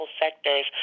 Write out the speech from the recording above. sectors